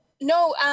No